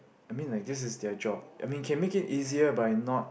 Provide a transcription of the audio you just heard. I mean like this is their job I mean can make it easier by not